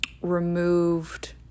removed